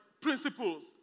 principles